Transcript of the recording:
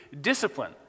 discipline